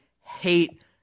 hate